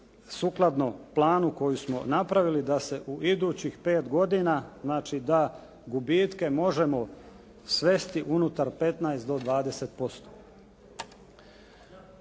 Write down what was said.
sukladno planu koji smo napravili da se u idućih 5 godina znači da gubitke možemo svesti unutar 15 do 20%.